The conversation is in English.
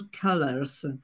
colors